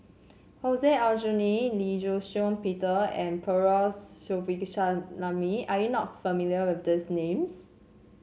Hussein Aljunied Lee Shih Shiong Peter and Perumal Govindaswamy Are you not familiar with these names